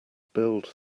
build